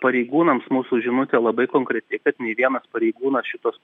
pareigūnams mūsų žinutė labai konkreti kad nei vienas pareigūnas šitos